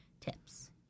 tips